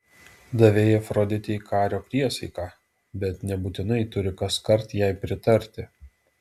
davei afroditei kario priesaiką bet nebūtinai turi kaskart jai pritarti